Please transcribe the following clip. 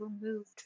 removed